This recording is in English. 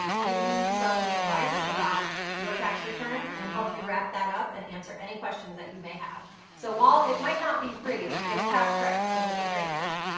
give you some advice about your tax return and help you wrap that up and answer any questions that you may have. so while it might not be free, it's half price, so it's a great deal.